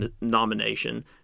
nomination